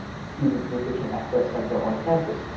student nutrition access center on campus,